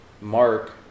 Mark